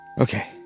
Okay